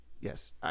Yes